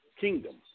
kingdom